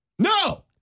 No